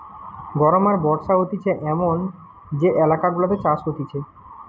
গরম আর বর্ষা হতিছে এমন যে এলাকা গুলাতে চাষ হতিছে